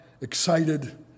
excited